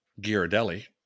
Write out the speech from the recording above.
Ghirardelli